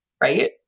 right